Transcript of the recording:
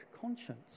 conscience